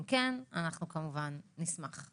אם כן, אנחנו כמובן נשמח.